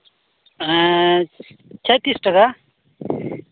ᱦᱮᱸ ᱪᱷᱮᱸᱭᱛᱨᱤᱥ ᱴᱟᱠᱟ